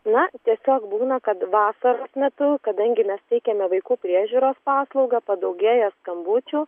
na tiesiog būna kad vasaros metu kadangi mes teikiame vaiko priežiūros paslaugą padaugėja skambučių